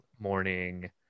morning